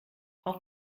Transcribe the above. auf